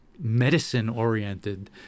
Medicine-oriented